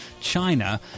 China